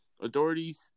Authorities